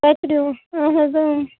کَتریوٗ اَہَن حظ